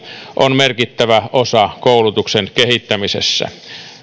on merkittävä osa koulutuksen kehittämisessä suurin